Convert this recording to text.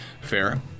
fair